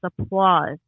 applause